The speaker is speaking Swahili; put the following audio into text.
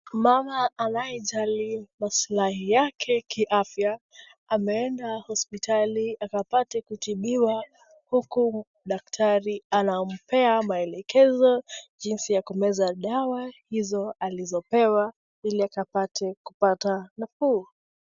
Mama anayejali maslahi yake kiafya ameenda hospitali akapate kutibiwa huku daktari anampea maelekezo jinsi ya kumeza dawa hizo alizopewa ili akapate kupata nafuu.